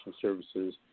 services